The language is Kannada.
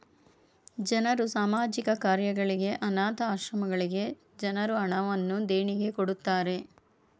ಜನರು ಸಾಮಾಜಿಕ ಕಾರ್ಯಗಳಿಗೆ, ಅನಾಥ ಆಶ್ರಮಗಳಿಗೆ ಜನರು ಹಣವನ್ನು ದೇಣಿಗೆ ಕೊಡುತ್ತಾರೆ